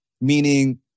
Meaning